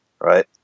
right